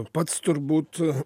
pats turbūt